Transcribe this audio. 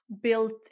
built